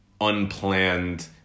unplanned